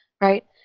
Right